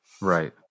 Right